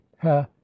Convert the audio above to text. ha